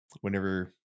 whenever